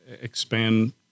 expand